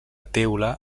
teula